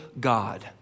God